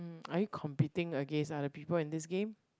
are you competing against other people in this game